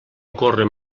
ocorre